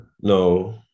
no